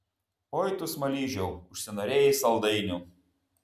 oi tu smaližiau užsinorėjai saldainių